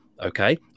Okay